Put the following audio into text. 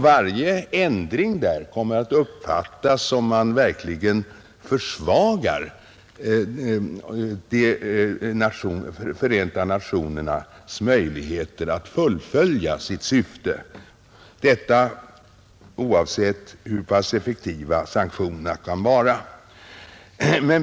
Varje ändring kommer att uppfattas som en försvagning av Förenta Nationernas möjligheter att fullfölja sitt syfte — detta oavsett hur pass effektiva sanktionerna kan vara.